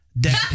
Dead